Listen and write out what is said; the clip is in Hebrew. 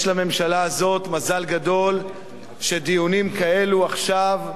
יש לממשלה הזאת מזל גדול שדיונים כאלו, עכשיו,